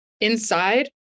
inside